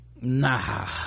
Nah